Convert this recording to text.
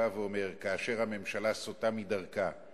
שבא ואומר: כאשר הממשלה סוטה מדרכה,